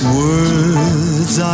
words